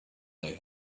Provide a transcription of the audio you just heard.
they